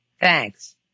Thanks